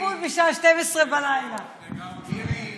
זה הגבול בשעה 24:00. לגמרי.